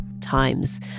times